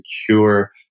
secure